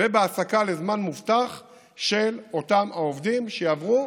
ובהעסקה לזמן מובטח של אותם העובדים שיעברו